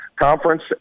Conference